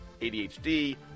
ADHD